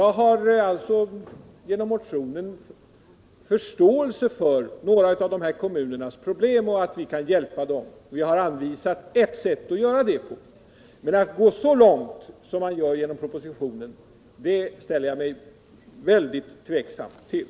Genom motionen har vi visat förståelse för några av kommunernas problem. Vi tror att vi kan hjälpa dem. Vi har också anvisat ett sätt. Men att gå så långt som man gör i propositionen ställer vi oss mycket tveksamma till.